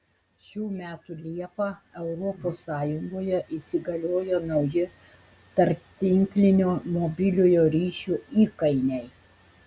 šių metų liepą europos sąjungoje įsigaliojo nauji tarptinklinio mobiliojo ryšio įkainiai